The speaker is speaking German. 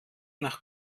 nach